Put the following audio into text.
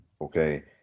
okay